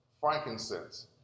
frankincense